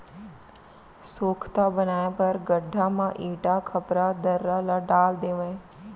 सोख्ता बनाए बर गड्ढ़ा म इटा, खपरा, दर्रा ल डाल देवय